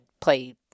play